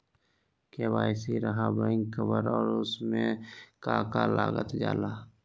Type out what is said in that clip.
KYC रहा back cover और उसमें का का लागल जाला?